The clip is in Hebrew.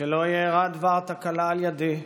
שלא יארע דבר תקלה על ידי,